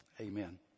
amen